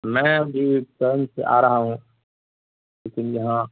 میں ابھی ٹرین سے آ رہا ہوں اسی لیے یہاں